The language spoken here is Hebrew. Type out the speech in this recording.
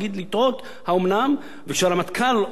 כשהרמטכ"ל אומר במפורש שהוא מתנגד,